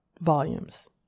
volumes